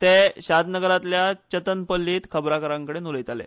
ते शादनगरातल्या चतनपल्लीत खबरांकारांकडेन उलयताले